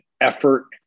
effort